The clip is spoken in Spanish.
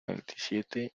veintisiete